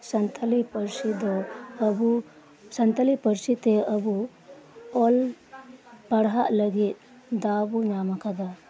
ᱥᱟᱱᱛᱟᱞᱤ ᱯᱟᱨᱥᱤ ᱫᱚ ᱟᱵᱚ ᱥᱟᱱᱛᱟᱞᱤ ᱯᱟᱨᱥᱤ ᱛᱮ ᱟᱵᱚ ᱚᱞ ᱯᱟᱲᱦᱟᱜ ᱞᱟᱜᱤᱫ ᱫᱟᱣ ᱵᱚ ᱧᱟᱢ ᱟᱠᱟᱫᱟ